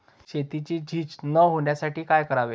शेतीची झीज न होण्यासाठी काय करावे?